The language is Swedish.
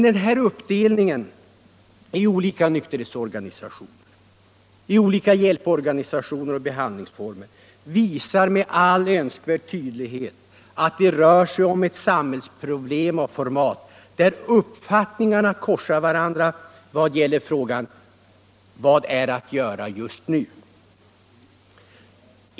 Den här uppdelningen i olika nykterhetsorganisationer, olika hjälporganisationer och behandlingsformer visar med all önskvärd tydlighet att det rör sig om ett samhällsproblem av format där uppfattningarna korsar varandra vad gäller frågan: Vad är att göra just nu?